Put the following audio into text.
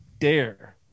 dare